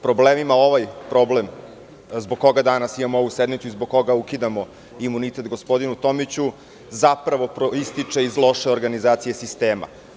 Problem zbog koga danas imamo ovu sednicu i zbog koga ukidamo imunitet gospodinu Tomiću zapravo proističe iz loše organizacije sistema.